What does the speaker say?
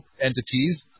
entities